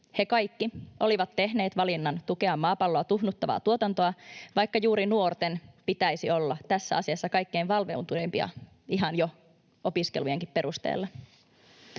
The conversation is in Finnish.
He kaikki olivat tehneet valinnan tukea maapalloa tuhnuttavaa tuotantoa, vaikka juuri nuorten pitäisi olla tässä asiassa kaikkein valveutuneimpia ihan jo opiskelujenkin perusteella.